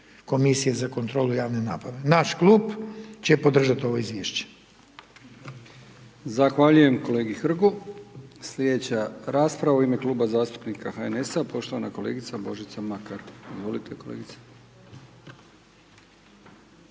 komisije za kontrolu javne nabave. Naš klub će podržati ovo izvješće.